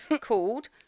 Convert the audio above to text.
called